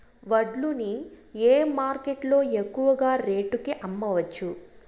వడ్లు ని ఏ మార్కెట్ లో ఎక్కువగా రేటు కి అమ్మవచ్చు?